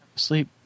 Sleep